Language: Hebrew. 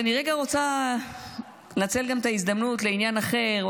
אני רוצה רגע לנצל את ההזדמנות גם לעניין אחר,